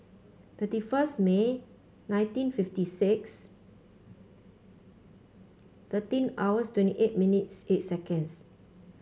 thirty first May nineteen fifty six thirteen hours twenty eight minutes eight seconds